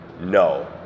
No